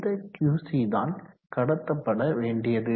இந்த QC தான் கடத்தப்படவேண்டியது